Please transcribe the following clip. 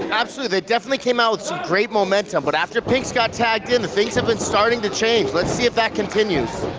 absolutely, they definitely came out with some great momentum, but after pinx got tagged in, things have been starting to change. let's see if that continues.